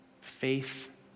Faith